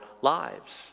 lives